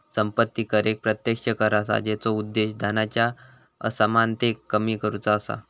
संपत्ती कर एक प्रत्यक्ष कर असा जेचा उद्देश धनाच्या असमानतेक कमी करुचा असा